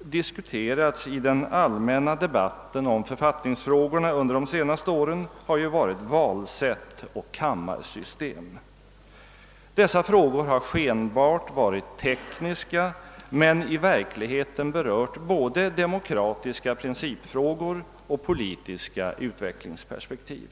diskuterats i den allmänna debatten om författningsfrågorna under de senaste åren har ju varit valsätt och kammarsystem. Dessa frågor har skenbart varit tekniska, men i verk ligheten berört både demokratiska principfrågor och politiska utvecklingsperspektiv.